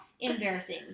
embarrassing